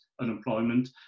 unemployment